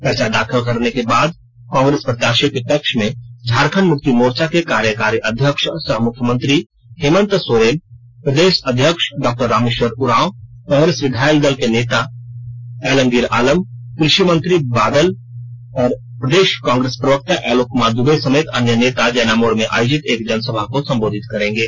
पर्चा दाखिल करने के बाद के बाद कांग्रेस प्रत्याशी के पक्ष में झारखंड मुक्ति मोर्चा के कार्यकारी अध्यक्ष सह मुख्यमंत्री हेमंत सोरेन प्रदेश अध्यक्ष डॉक्टर रामेश्वर उरांव कांग्रेस विधायक दल के नेता आलमगीर आलम कृषि मंत्री बादल और प्रदेशा कांग्रेस प्रवक्ता आलोक कुमार दूबे समेत अन्य जैना मोड़ में आयोजित क जनसभा को संबोधित करेंगे